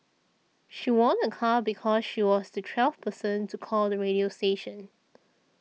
she won a car because she was the twelfth person to call the radio station